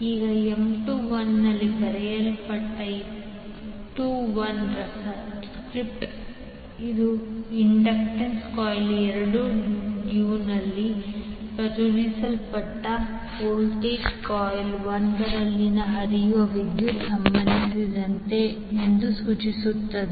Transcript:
ಈಗ M21ನಲ್ಲಿ ಬರೆಯಲ್ಪಟ್ಟ 21 ರ ಸಬ್ಸ್ಕ್ರಿಪ್ಟ್ ಇದು ಇಂಡೈಲ್ ಕಾಯಿಲ್ 2 ಡ್ಯೂನಲ್ಲಿ ಪ್ರಚೋದಿಸಲ್ಪಟ್ಟ ವೋಲ್ಟೇಜ್ಗೆ ಕಾಯಿಲ್ 1 ರಲ್ಲಿ ಹರಿಯುವ ವಿದ್ಯುತ್ ಸಂಬಂಧಿಸಿದೆ ಎಂದು ಸೂಚಿಸುತ್ತದೆ